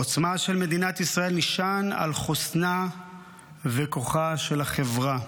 העוצמה של מדינת ישראל נשענת על חוסנה וכוחה של החברה.